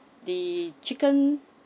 the chicken